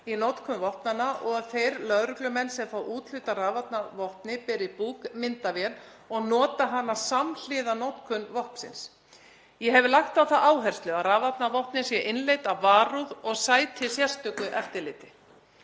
í notkun vopna og að þeir lögreglumenn sem fá úthlutað rafvarnarvopni beri búkmyndavél og noti hana samhliða notkun vopns síns. Ég hef lagt á það áherslu að rafvarnarvopnin séu innleidd af varúð og sæti sérstöku eftirliti.